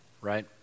right